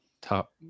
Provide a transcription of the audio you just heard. top